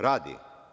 Radi?